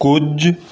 ਕੁਝ